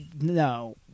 No